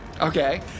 okay